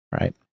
right